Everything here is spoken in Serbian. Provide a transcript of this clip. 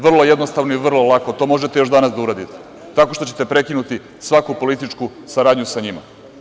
Vrlo jednostavno i vrlo lako, to možete još danas da uradite, tako što ćete da prekinete svaku političku saradnju sa njima.